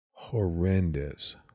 horrendous